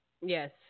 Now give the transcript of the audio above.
Yes